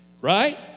Right